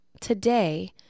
Today